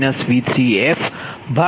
004